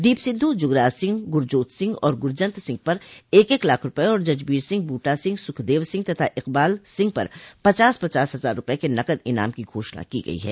दीप सिद्धु जुगराज सिंह गुरजोत सिंह और गुरजंत सिंह पर एक एक लाख रूपये और जजबीर सिंह बूटा सिंह सुखदव सिंह तथा इकबाल सिंह पर पचास पचास हजार रूपये के नकद ईनाम की घोषणा की गई है